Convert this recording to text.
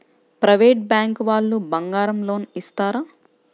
Private bank వాళ్ళు బంగారం loan ఇస్తారా?